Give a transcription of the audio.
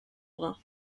brun